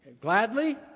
gladly